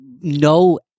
no